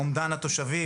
אומדן התושבים,